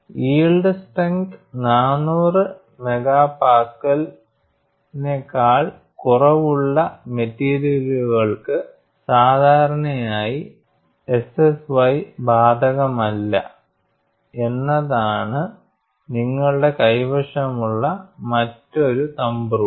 yield strength 400MPa കാൾ കുറവുള്ള മെറ്റീരിയലുകൾക്ക് സാധാരണയായി SSY ബാധകമല്ല എന്നതാണ് നിങ്ങളുടെ കൈവശമുള്ള മറ്റൊരു തംബ് റൂൾ